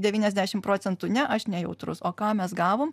devyniasdešim procentų ne aš nejautrus o ką mes gavom